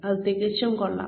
അത് തികച്ചും കൊള്ളാം